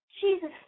Jesus